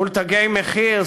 מול "תגי מחיר",